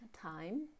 time